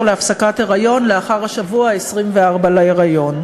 להפסקת היריון לאחר השבוע ה-24 להיריון.